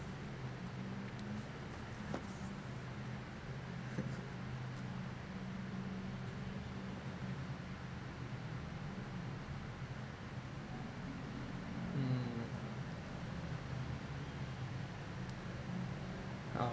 mm oh